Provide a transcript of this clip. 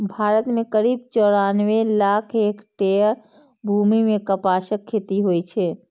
भारत मे करीब चौरानबे लाख हेक्टेयर भूमि मे कपासक खेती होइ छै